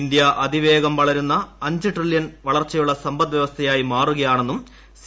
India അതിവേഗം അഞ്ച് trillion dollar വളർച്ചയുള്ള സമ്പദ് വ്യവസ്ഥയായി മാറുകയാണെന്നും സി